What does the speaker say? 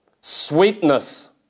sweetness